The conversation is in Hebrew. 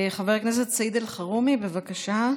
חבר הכנסת סעיד אלחרומי, בבקשה.